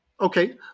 Okay